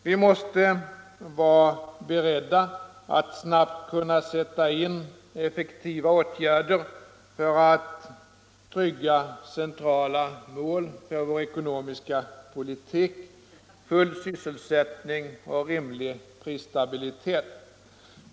Vi måste vara beredda att snabbt kunna sätta in effektiva åtgärder för att trygga centrala mål för vår ekonomiska politik, full sysselsättning och rimlig prisstabilitet.